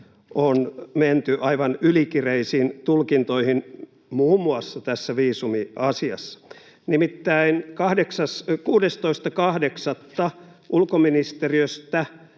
on menty aivan ylikireisiin tulkintoihin muun muassa tässä viisumiasiassa. Nimittäin 16.8. ulkoministeriöstä